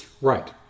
right